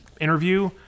interview